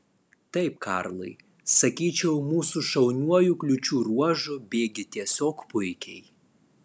taip karlai sakyčiau mūsų šauniuoju kliūčių ruožu bėgi tiesiog puikiai